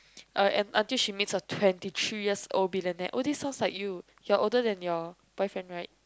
uh and until she meets a twenty three years old billionaire oh this sounds like you you are older than your boyfriend right